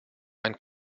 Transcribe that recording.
ein